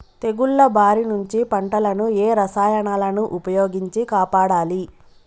తెగుళ్ల బారి నుంచి పంటలను ఏ రసాయనాలను ఉపయోగించి కాపాడాలి?